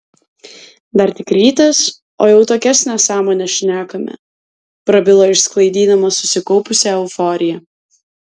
dar tik rytas o jau tokias nesąmones šnekame prabilo išsklaidydamas susikaupusią euforiją